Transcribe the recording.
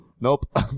Nope